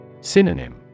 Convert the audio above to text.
Synonym